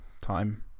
time